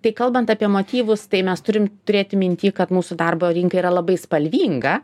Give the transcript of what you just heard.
tai kalbant apie motyvus tai mes turim turėti minty kad mūsų darbo rinka yra labai spalvinga